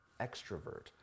extrovert